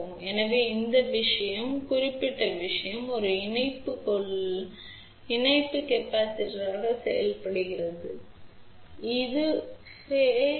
எனவே இந்த குறிப்பிட்ட விஷயம் ஒரு இணைப்பு கொள்ளளவாக செயல்படுகிறது என்பதை இங்கே காணலாம்